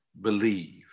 believe